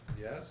yes